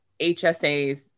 HSAs